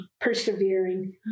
persevering